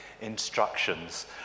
instructions